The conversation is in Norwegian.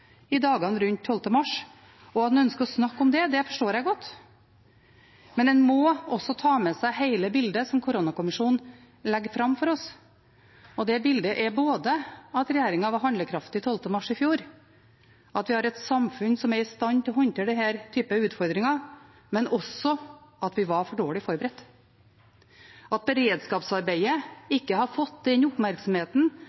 i dagene rundt 12. mars. At en ønsker å snakke om det, forstår jeg godt, men en må også ta med seg hele bildet som koronakommisjonen legger fram for oss. Det bildet er både at regjeringen var handlekraftig 12. mars i fjor, at vi har et samfunn som er i stand til å håndtere denne typen utfordringer, og at vi var for dårlig forberedt, at beredskapsarbeidet